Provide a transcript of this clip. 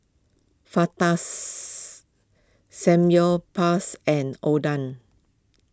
Fajitas Samgyeopsal and Oden